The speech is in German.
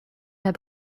der